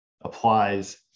applies